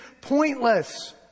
pointless